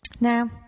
Now